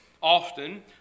often